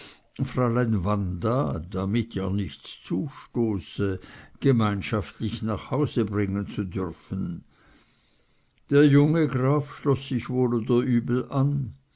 fräulein wanda damit ihr nichts zustoße gemeinschaftlich nach hause bringen zu dürfen der junge graf schloß sich wohl oder übel an